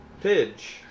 Pidge